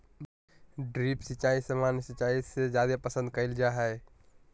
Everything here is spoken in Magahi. ड्रिप सिंचाई सामान्य सिंचाई से जादे पसंद कईल जा हई